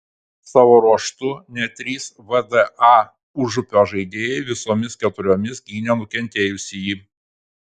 savo ruožtu net trys vda užupio žaidėjai visomis keturiomis gynė nukentėjusįjį